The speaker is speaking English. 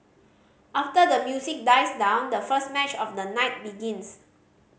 after the music dies down the first match of the night begins